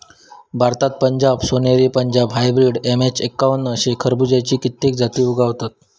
भारतात पंजाब सोनेरी, Punjab hybrid, MH एक्कावन्न अशे खरबुज्याची कित्येक जाती उगवतत